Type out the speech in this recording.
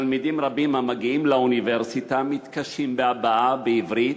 תלמידים רבים המגיעים לאוניברסיטה מתקשים בהבעה בעברית,